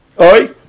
oi